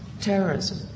terrorism